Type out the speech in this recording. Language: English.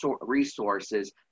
resources